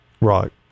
right